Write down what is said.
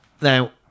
Now